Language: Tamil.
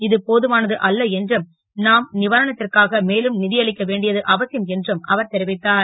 இது போதுமானது அல்ல என்றும் நாம் வாரணத் ற்காக மேலும் அளிக்க வேண்டியது அவசியம் என்றும் அவர் தெரிவித்தார்